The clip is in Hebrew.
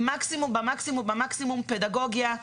במקסימום פדגוגיה,